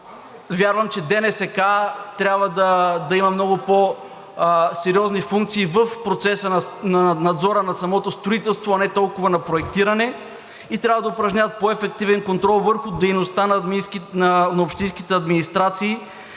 вярвам, че ДНСК трябва да има много по-сериозни функции в процеса на надзора на самото строителство, а не толкова на проектиране и трябва да упражняват по-ефективен контрол върху дейността на общинските администрации